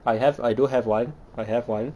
I have I do have [one] I have [one]